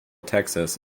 texas